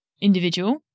individual